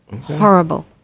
Horrible